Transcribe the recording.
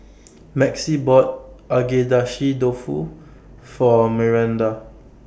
Maxie bought Agedashi Dofu For Miranda